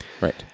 Right